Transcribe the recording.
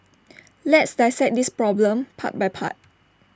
let's dissect this problem part by part